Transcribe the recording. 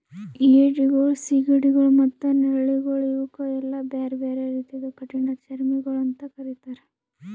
ಏಡಿಗೊಳ್, ಸೀಗಡಿಗೊಳ್ ಮತ್ತ ನಳ್ಳಿಗೊಳ್ ಇವುಕ್ ಎಲ್ಲಾ ಬ್ಯಾರೆ ಬ್ಯಾರೆ ರೀತಿದು ಕಠಿಣ ಚರ್ಮಿಗೊಳ್ ಅಂತ್ ಕರಿತ್ತಾರ್